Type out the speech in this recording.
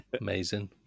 amazing